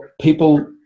people